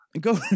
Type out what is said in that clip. Go